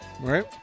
right